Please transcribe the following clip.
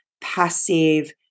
passive